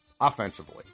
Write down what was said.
offensively